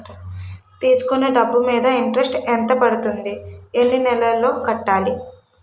తీసుకున్న డబ్బు మీద ఇంట్రెస్ట్ ఎంత పడుతుంది? ఎన్ని నెలలో కట్టాలి?